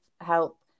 help